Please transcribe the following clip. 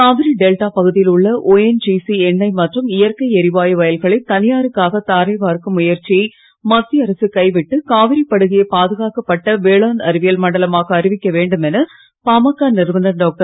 Kaveri delta பகுதியில் உள்ள ONGC எண்ணெய் மற்றும் இயற்கை எரிவாயு வயல்களை தனியாருக்க தாரை வார்க்கும் முயற்சியை மத்திய அரசு கைவிட்டு காவிரி படுகையை பாதுகாக்கப்பட்ட வேளாண் அறிவியல் மண்டலமாக அறிவிக்க வேண்டும் என பாமக நிறுவனர் டாக்டர்